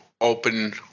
Open